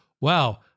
wow